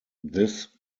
this